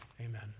amen